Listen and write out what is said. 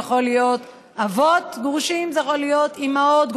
זה יכול להיות אבות גרושים וזה יכול להיות אימהות גרושות.